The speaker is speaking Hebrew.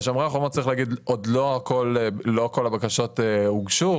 ב"שומר החומות" לא כל הבקשות הוגשו.